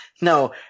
No